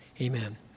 amen